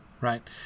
right